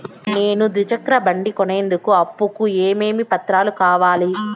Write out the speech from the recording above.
నేను ద్విచక్ర బండి కొనేందుకు అప్పు కు ఏమేమి పత్రాలు కావాలి?